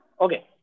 Okay